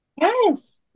Yes